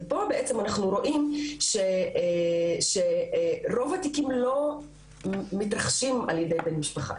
ופה אנחנו רואים שרוב התיקים לא מתרחשים על ידי בן משפחה,